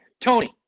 Tony